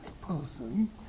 person